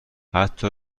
حتی